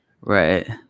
Right